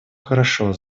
хорошо